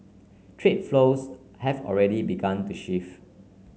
trade flows have already begun to shift